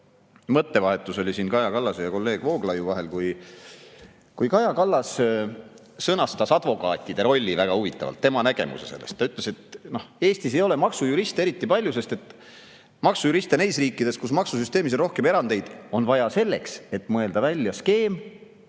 mõttevahetus oli siin Kaja Kallase ja kolleeg Vooglaiu vahel. Kaja Kallas sõnastas advokaatide rolli väga huvitavalt, tema nägemuse sellest. Ta ütles, et Eestis ei ole maksujuriste eriti palju, sest maksujuriste neis riikides, kus maksusüsteemis on rohkem erandeid, on vaja selleks, et mõelda välja skeem,